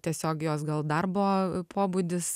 tiesiog jos gal darbo pobūdis